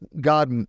God